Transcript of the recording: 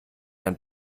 ein